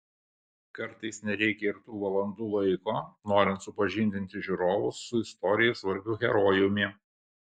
kartais nereikia ir tų valandų laiko norint supažindinti žiūrovus su istorijai svarbiu herojumi